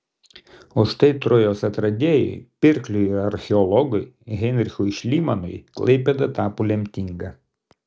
o štai trojos atradėjui pirkliui ir archeologui heinrichui šlymanui klaipėda tapo lemtinga